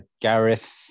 Gareth